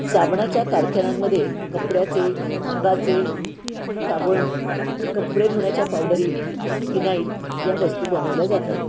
साबणाच्या कारखान्यांमध्ये कपड्याचे अंगाचे साबणं कपडे धुण्याच्या पावडरी फिनाईल या वस्तू बनवल्या जातात